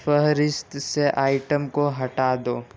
فہرست سے آئٹم کو ہٹا دو